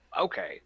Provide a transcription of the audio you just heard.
okay